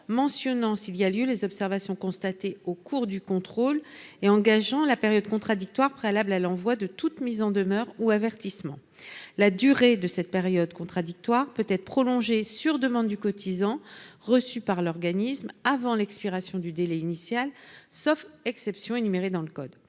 mentionnant, s'il y a lieu, les observations constatées au cours du contrôle et engageant la période contradictoire préalable à l'envoi d'une mise en demeure ou d'un avertissement. La durée de la période contradictoire peut être prolongée sur demande du cotisant, reçue par l'organisme avant l'expiration du délai initial, sauf exceptions énumérées dans le code.